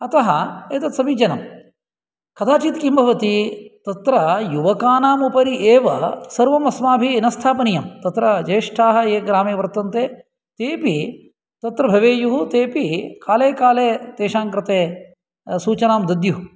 अतः एतत् समीचीनं कदाचित् किं भवति तत्र युवकानाम् उपरि एव सर्वम् अस्माभिः न स्थापनीयं तत्र ज्येष्ठाः ये ग्रामे वर्तन्ते तेपि तत्र भवेयुः तेपि काले काले तेषाङ्कृते सूचनां दद्युः